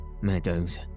meadows